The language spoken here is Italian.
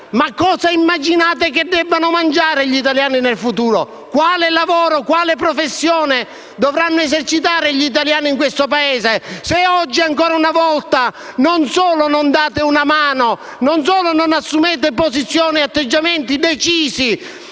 cosa immaginate che debbano mangiare gli italiani nel futuro? Quale lavoro, quale professione dovranno esercitare gli italiani in questo Paese, se oggi ancora una volta non date una mano e non assumete posizioni e atteggiamenti decisi,